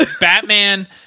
Batman